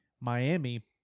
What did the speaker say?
Miami